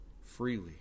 freely